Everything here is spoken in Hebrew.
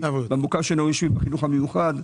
במוכר שאינו רשמי בחינוך המיוחד,